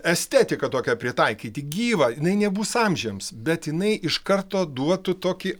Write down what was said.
estetiką tokią pritaikyti gyvą jinai nebus amžiams bet jinai iš karto duotų tokį